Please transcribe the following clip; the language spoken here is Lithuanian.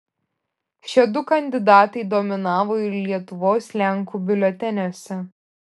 šie du kandidatai dominavo ir lietuvos lenkų biuleteniuose